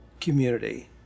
community